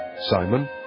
Simon